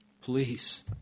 please